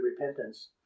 repentance